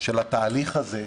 של התהליך הזה,